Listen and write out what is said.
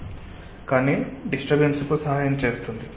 కానీ డిస్టర్బెన్స్ కు సహాయం చేస్తుంది